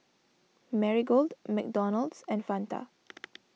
Marigold McDonald's and Fanta